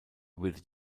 würde